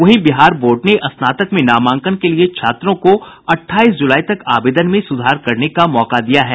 वहीं बिहार बोर्ड ने स्नातक में नामांकन के लिए छात्रों को अठाईस जुलाई तक आवेदन में सुधार करने का मौका दिया है